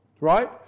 Right